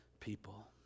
people